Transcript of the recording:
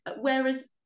Whereas